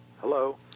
Hello